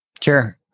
Sure